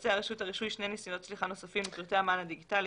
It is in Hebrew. תבצע רשות הרישוי שני ניסיונות שליחה נוספים לפרטי המען הדיגיטלי